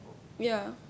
ya